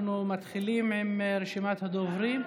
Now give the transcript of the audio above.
אנחנו מתחילים עם רשימת הדוברים.